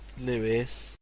Lewis